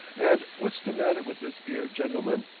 and what's the matter with this ere gentleman?